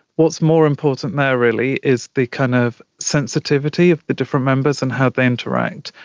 what's more important there really is the kind of sensitivity of the different members and how they interact.